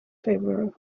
favour